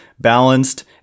Balanced